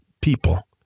people